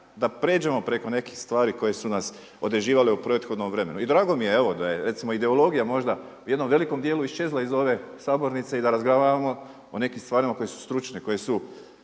da prijeđemo preko nekih stvari koje su nas određivale u prethodnom vremenu. I drago mi je evo da je recimo ideologija možda u jednom velikom dijelu iščezla iz ove sabornice i da razgovaramo o nekim stvarima koje su stručne,